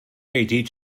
hey